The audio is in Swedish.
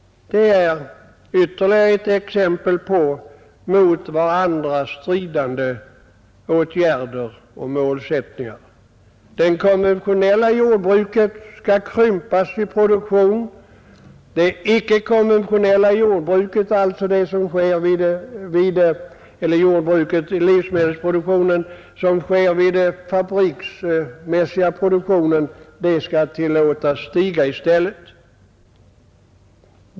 Detta är ytterligare ett exempel på mot varandra stridande åtgärder och målsättningar. Det konventionella jordbruket skall krympa sin produktion och det icke-konventionella jordbruket — alltså den fabriksmässiga livsmedelsproduktionen — skall i stället tillåtas öka.